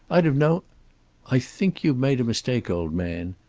i'd have known i think you've made a mistake, old man,